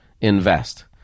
invest